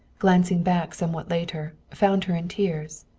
glancing back somewhat later, found her in tears.